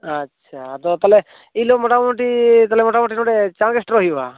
ᱟᱪᱪᱷᱟ ᱟᱫᱚ ᱛᱟᱦᱚᱞᱮ ᱤᱱᱦᱤᱞᱳᱜ ᱢᱳᱴᱟ ᱢᱩᱴᱤ ᱛᱟᱦᱚᱞᱮ ᱢᱳᱴᱟ ᱢᱩᱴᱤ ᱱᱚᱸᱰᱮ ᱪᱟᱲ ᱜᱮ ᱥᱮᱴᱮᱨᱚᱜ ᱦᱩᱭᱩᱜᱼᱟ